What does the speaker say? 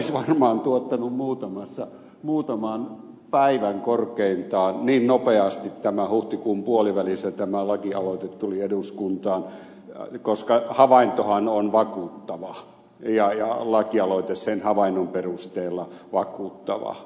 se olisi varmaan tuottanut muutaman päivän korkeintaan niin nopeasti tämä huhtikuun puolivälissä tämä lakialoite tuli eduskuntaan koska havaintohan on vakuuttava ja lakialoite sen havainnon perusteella vakuuttava